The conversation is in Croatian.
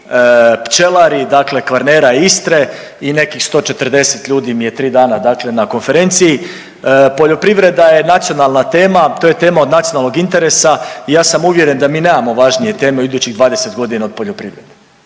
pčelari dakle Kvarnera i Istre i nekih 140 ljudi mi je tri dana na konferenciji. Poljoprivreda je nacionalna tema to je tema od nacionalnog interesa i ja sam uvjeren da mi nemamo važnije teme u idućih 20 godina od poljoprivrede,